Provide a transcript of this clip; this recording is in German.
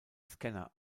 scanner